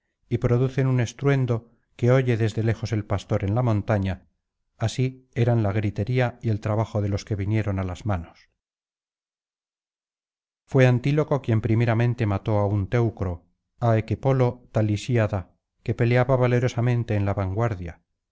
y producen un estruendo que oye desde lejos el pastor en la montaña así eran la gritería y el trabajo de lofe que vinieron á las manos fue antílope quien primeramente mató á un teucro á equepo lo talisíada que peleaba valerosamente en la vanguardia